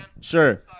Sure